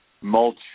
mulch